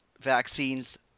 vaccines